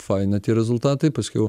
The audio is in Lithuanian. faina tie rezultatai paskiau